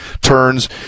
turns